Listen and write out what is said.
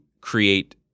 create